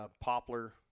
poplar